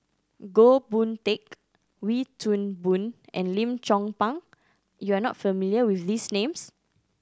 Goh Boon Teck Wee Toon Boon and Lim Chong Pang you are not familiar with these names